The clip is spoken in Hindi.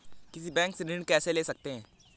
किसी बैंक से ऋण कैसे ले सकते हैं?